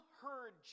heard